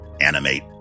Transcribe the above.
animate